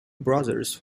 brothers